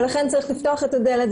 ולכן צריך לפתוח את הדלת,